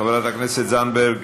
חברת הכנסת זנדברג,